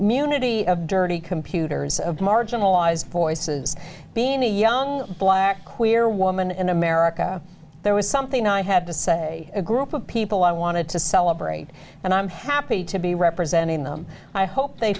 munity of dirty computers of marginalized voices being a young black queer woman in america there was something i had to say a group of people i wanted to celebrate and i'm happy to be representing them i hope they